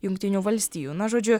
jungtinių valstijų na žodžiu